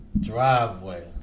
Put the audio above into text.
driveway